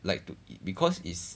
like to eat because is